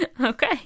Okay